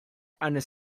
and